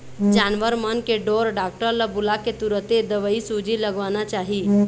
जानवर मन के ढोर डॉक्टर ल बुलाके तुरते दवईसूजी लगवाना चाही